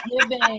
giving